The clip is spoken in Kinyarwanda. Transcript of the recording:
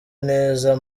neza